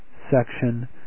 section